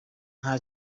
nta